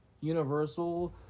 Universal